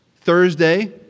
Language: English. Thursday